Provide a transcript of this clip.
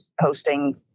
hosting